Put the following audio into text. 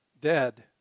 dead